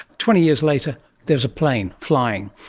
twenty years later there's a plane flying.